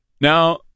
now